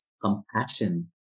compassion